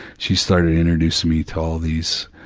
she started introducing me to all these,